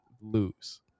lose